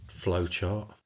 flowchart